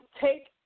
take